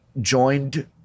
joined